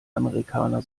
amerikaner